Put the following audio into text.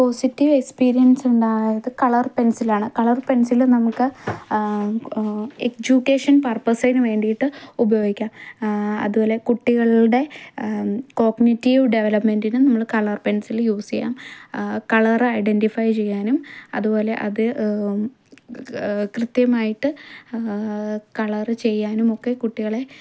positive എക്സ്പീരിയൻസുണ്ടായത് colour പെൻസിലാണ് colour pencil നമുക്ക് എജ്യൂക്കേഷൻ പർപ്പസിന് വേണ്ടിയിട്ട് ഉപയോഗിക്കുക അതുപോലെ കുട്ടികളുടെ കോക്നെറ്റീവ് ഡവലപ്മെൻറ്റിനും നമ്മൾ കളർ പെൻസില് യൂസ് ചെയ്യാം കളർ ഐഡൻറ്റിഫൈ ചെയ്യാനും അതുപോലെ അത് കൃത്യമായിട്ട് കളറ് ചെയ്യാനുമൊക്കെ കുട്ടികളെ